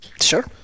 sure